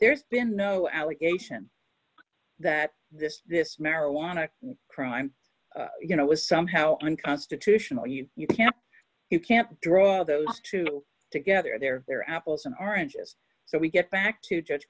there's been no allegation that this this marijuana crime you know is somehow unconstitutional you you can't you can't draw those two together there are apples and oranges so we get back to judge